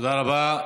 תודה רבה.